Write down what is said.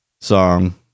song